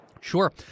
sure